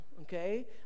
Okay